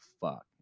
fuck